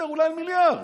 אולי מיליארד.